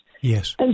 Yes